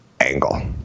angle